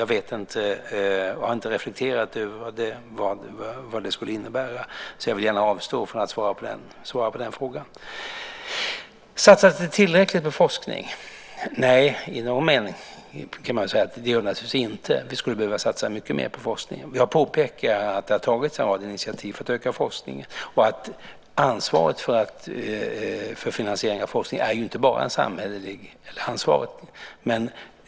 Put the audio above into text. Jag har inte reflekterat över vad det skulle innebära, så jag vill gärna avstå från att svara på den frågan. Satsas det tillräckligt på forskning? Nej, i någon mening kan man väl säga att så naturligtvis inte är fallet. Vi skulle behöva satsa mycket mer på forskning. Jag vill påpeka att det har tagits en rad initiativ för att öka forskningen och på att ansvaret för finansiering av forskningen inte bara är ett statligt ansvar.